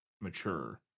mature